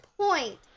point